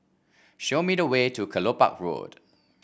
show me the way to Kelopak Road